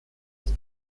ist